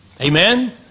Amen